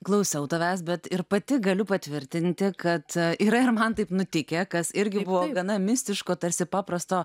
klausau tavęs bet ir pati galiu patvirtinti kad yra ir man taip nutikę kas irgi buvo gana mistiško tarsi paprasto